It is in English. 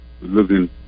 looking